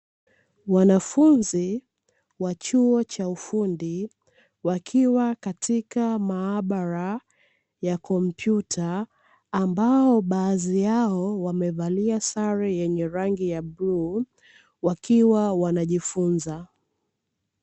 Wanafunzi wa chuo cha ufundi wakiwa katika maabara ya kompyuta, ambao baadhi yao wamevalia sare yenye rangi ya bluu, wakiwa wanajifunza.